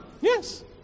Yes